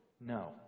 no